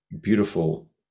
beautiful